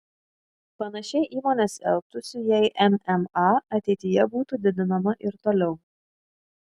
panašiai įmonės elgtųsi jei mma ateityje būtų didinama ir toliau